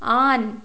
on